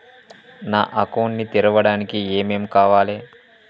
నా అకౌంట్ ని తెరవడానికి ఏం ఏం కావాలే?